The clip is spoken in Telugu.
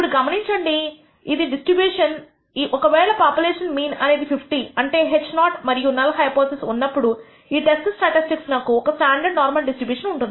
ఇప్పుడు గమనించండి ఇది డిస్ట్రిబ్యూషన్ ఒక వేళ పాపులేషన్ మీన్ అనేది 50అంటే h నాట్ మరియు నల్ హైపోథిసిస్ ఉన్నప్పుడు ఈ టెస్ట్ స్టాటిస్టిక్స్ నకు ఒక స్టాండర్డ్ నార్మల్ డిస్ట్రిబ్యూషన్ ఉంటుంది